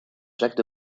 jacques